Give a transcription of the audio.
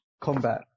combat